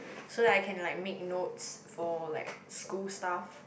so that I can like make notes for like school stuff